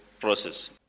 process